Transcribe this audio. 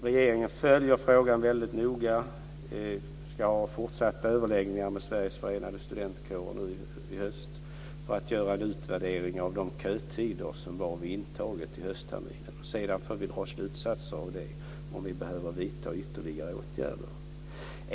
Regeringen följer frågan väldigt noga. Vi ska ha fortsatta överläggningar med Sveriges Förenade Studentkårer i höst för att göra en utvärdering av kötiderna vid intaget till höstterminen. Sedan får vi dra slutsatser av det för att se om vi behöver vidta ytterligare åtgärder.